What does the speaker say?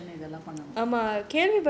mm flu vaccination இதெல்லாம்:ithellaam